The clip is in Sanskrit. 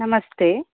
नमस्ते